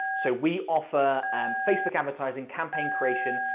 so we offer facebook advertising, campaign creation,